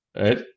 right